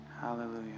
hallelujah